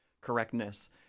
correctness